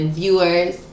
viewers